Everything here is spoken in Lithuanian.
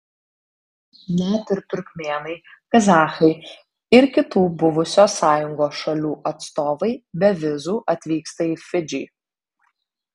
net ir turkmėnai kazachai ir kitų buvusios sąjungos šalių atstovai be vizų atvyksta į fidžį